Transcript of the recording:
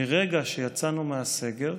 מרגע שיצאנו מהסגר,